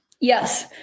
Yes